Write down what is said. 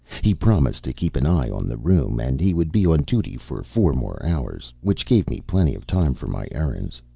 he promised to keep an eye on the room and he would be on duty for four more hours which gave me plenty of time for my errands.